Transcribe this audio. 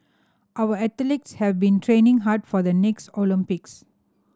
our athletes have been training hard for the next Olympics